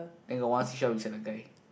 then got one seashell is at the guy